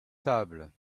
tables